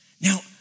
Now